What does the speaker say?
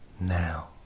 now